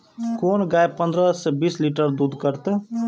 कोन गाय पंद्रह से बीस लीटर दूध करते?